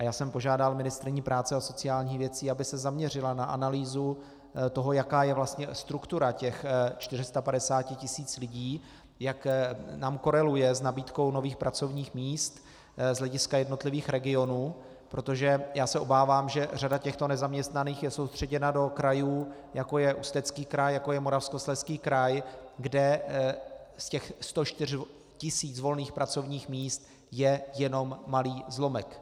Já jsem požádal ministryni práce a sociálních věcí, aby se zaměřila na analýzu toho, jaká je vlastně struktura těch 450 tisíc lidí, jak nám koreluje s nabídkou nových pracovních míst z hlediska jednotlivých regionů, protože se obávám, že řada těchto nezaměstnaných je soustředěna do krajů, jako je Ústecký kraj, jako je Moravskoslezský kraj, kde ze 104 tisíc volných pracovních míst je jenom malý zlomek.